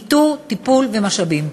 איתור, טיפול ומשאבים.